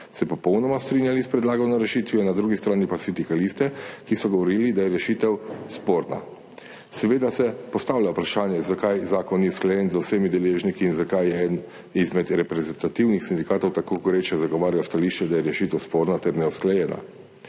se popolnoma strinjali s predlagano rešitvijo, na drugi strani pa sindikaliste, ki so govorili, da je rešitev sporna. Seveda se postavlja vprašanje, zakaj zakon ni usklajen z vsemi deležniki in zakaj je eden izmed reprezentativnih sindikatov zagovarjal stališče, da je rešitev sporna ter neusklajena?